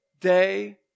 Day